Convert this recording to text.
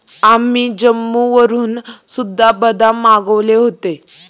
आम्ही जम्मूवरून सुद्धा बदाम मागवले होते